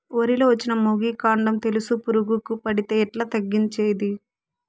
వరి లో వచ్చిన మొగి, కాండం తెలుసు పురుగుకు పడితే ఎట్లా తగ్గించేకి?